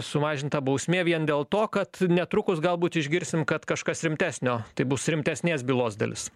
sumažinta bausmė vien dėl to kad netrukus galbūt išgirsim kad kažkas rimtesnio tai bus rimtesnės bylos dalis